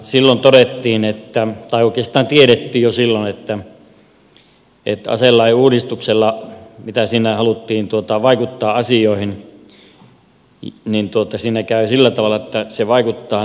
silloin todettiin tai oikeastaan tiedettiin jo silloin että siinä käy sillä tavalla että aselain uudistus vaikuttaa aivan toisiin asioihin kuin niihin mihin sillä haluttiin vaikuttaa